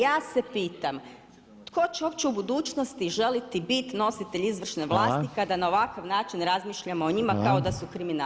Ja se pitam, tko će uopće u budućnosti želiti biti nositelj izvršne vlasti kada na ovakav način razmišljamo o njima kao da su kriminalci?